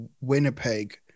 Winnipeg